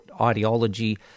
ideology